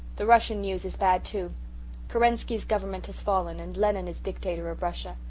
the russian news is bad, too kerensky's government has fallen and lenin is dictator of russia.